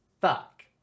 Fuck